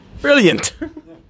Brilliant